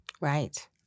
Right